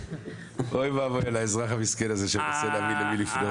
אוי ואבוי לאזרח המסכן הזה שרוצה להבין למי לפנות.